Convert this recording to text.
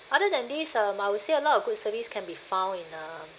other than these um I would say a lot of good service can be found in um